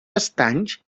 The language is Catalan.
estanys